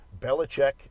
Belichick